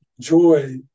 joy